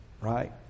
right